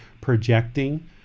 projecting